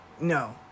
No